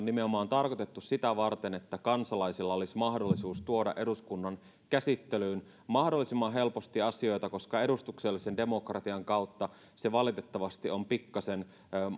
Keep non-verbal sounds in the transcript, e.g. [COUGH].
[UNINTELLIGIBLE] nimenomaan on tarkoitettu sitä varten että kansalaisilla olisi mahdollisuus tuoda eduskunnan käsittelyyn mahdollisimman helposti asioita koska edustuksellisen demokratian kautta se valitettavasti on pikkasen